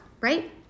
right